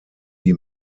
die